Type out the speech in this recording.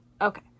Okay